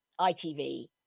ITV